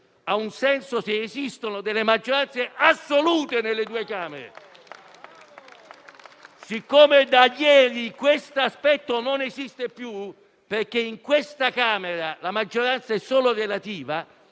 ha un senso se esistono maggioranze assolute nelle due Camere. Siccome da ieri questo elemento non esiste più - in questa Camera la maggioranza è solo relativa